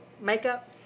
makeup